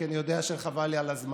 כי אני יודע שחבל לי על הזמן.